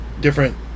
different